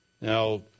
Now